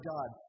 God